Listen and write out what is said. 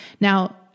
Now